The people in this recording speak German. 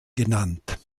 genannt